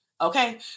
okay